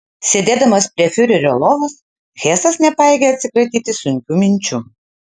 sėdėdamas prie fiurerio lovos hesas nepajėgė atsikratyti sunkių minčių